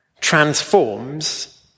transforms